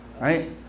right